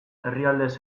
herrialdez